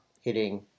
hitting